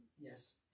Yes